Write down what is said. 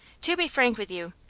to be frank with you,